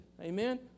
amen